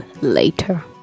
later